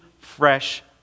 fresh